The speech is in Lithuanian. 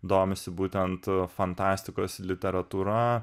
domisi būtent fantastikos literatūra